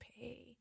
pay